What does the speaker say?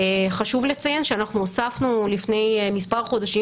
חשוב לציין שאנחנו הוספנו לפני כמה חודשים